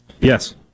Yes